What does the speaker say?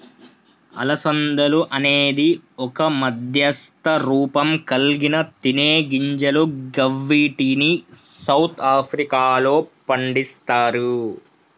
అలసందలు అనేది ఒక మధ్యస్థ రూపంకల్గిన తినేగింజలు గివ్విటిని సౌత్ ఆఫ్రికాలో పండిస్తరు